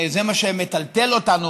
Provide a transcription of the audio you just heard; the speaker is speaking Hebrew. זה מה שמטלטל אותנו